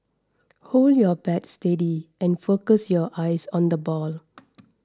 hold your bat steady and focus your eyes on the ball